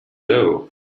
doe